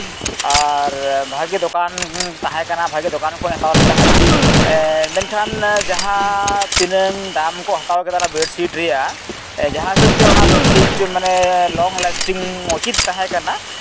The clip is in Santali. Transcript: ᱟᱨ ᱵᱷᱟᱜᱮ ᱫᱚᱠᱟᱱ ᱛᱟᱦᱮᱸ ᱠᱟᱱᱟ ᱵᱷᱟᱜᱮ ᱫᱚᱠᱟᱱ ᱠᱷᱚᱱ ᱦᱟᱛᱟᱣ ᱞᱮᱜ ᱛᱟᱦᱮᱱᱟ ᱢᱮᱱᱠᱷᱟᱱ ᱡᱟᱦᱟᱸ ᱛᱤᱱᱟᱹᱝ ᱫᱟᱢ ᱠᱚ ᱦᱟᱛᱟᱣ ᱠᱮᱫᱟ ᱵᱮᱰᱥᱤᱴ ᱨᱮᱭᱟᱜ ᱡᱟᱦᱟᱸ ᱦᱤᱥᱟᱹᱵ ᱛᱮ ᱚᱱᱟ ᱵᱮᱰᱥᱤᱴ ᱢᱟᱱᱮ ᱞᱚᱝ ᱞᱟᱥᱴᱤᱝ ᱩᱪᱤᱛ ᱛᱟᱦᱮᱸ ᱠᱟᱱᱟ